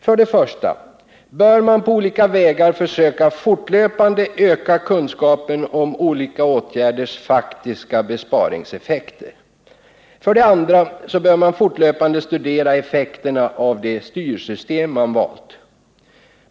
För det första bör man på olika vägar fortlöpande försöka öka kunskapen om olika åtgärders faktiska besparingseffekter. För det andra bör man fortlöpande studera effekterna av det styrsystem man valt.